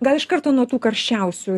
gal iš karto nuo tų karščiausių